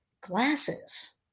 glasses